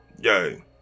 Yay